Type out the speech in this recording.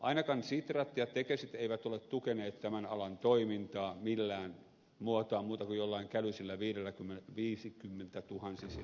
ainakaan sitra ja tekes eivät ole tukeneet tämän alan toimintaa millään muotoa muuta kuin joillain kälysillä viisikymmentuhansilla suunnilleen